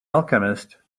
alchemist